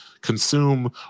Consume